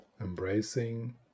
embracing